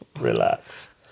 Relax